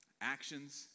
Actions